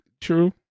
true